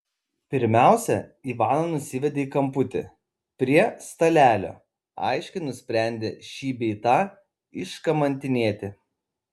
pirmiausia ivaną nusivedė į kamputį prie stalelio aiškiai nusprendę šį bei tą iškamantinėti